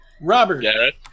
Robert